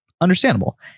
understandable